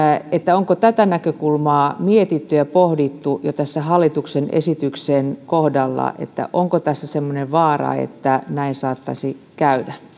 onko tätä näkökulmaa mietitty ja pohdittu jo tässä hallituksen esityksen kohdalla onko tässä semmoinen vaara että näin saattaisi käydä